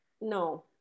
No